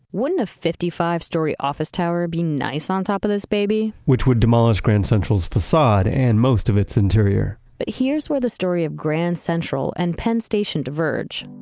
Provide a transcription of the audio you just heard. wouldn't have fifty five story office tower being nice on top of this baby? which would demolish grand central's facade and most of its interior but here's where the story of grand central and penn station diverge.